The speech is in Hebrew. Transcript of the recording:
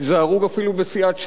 תיזהרו אפילו בסיעת ש"ס,